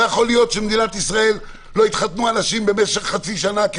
לא יכול להיות שבמדינת ישראל לא יתחתנו אנשים משך חצי שנה.